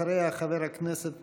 אחריה, חבר הכנסת מרגי.